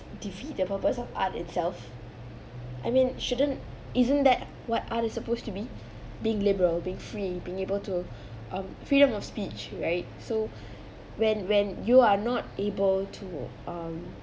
defeat the purpose of art itself I mean shouldn't isn't that what other supposed to be being liberal being free being able to um freedom of speech right so when when you are not able to um